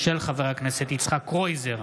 של חבר הכנסת יצחק קרויזר,